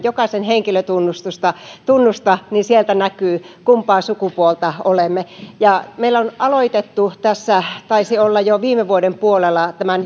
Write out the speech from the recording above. jokaisen henkilötunnusta niin sieltä näkyy kumpaa sukupuolta olemme meillä on aloitettu tässä taisi olla jo viime vuoden puolella tämän